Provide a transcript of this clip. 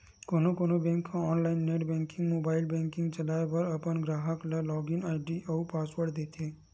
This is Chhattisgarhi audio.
कोनो कोनो बेंक ह online net banking, mobile banking चलाए बर अपन गराहक ल लॉगिन आईडी अउ पासवर्ड देथे